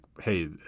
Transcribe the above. hey